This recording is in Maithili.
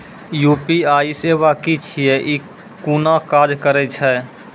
यु.पी.आई सेवा की छियै? ई कूना काज करै छै?